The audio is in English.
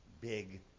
big